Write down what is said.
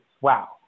wow